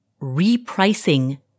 repricing